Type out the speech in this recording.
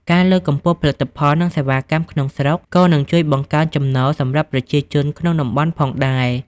ការលើកកម្ពស់ផលិតផល និងសេវាកម្មក្នុងស្រុក ក៏នឹងជួយបង្កើនចំណូលសម្រាប់ប្រជាជនក្នុងតំបន់ផងដែរ។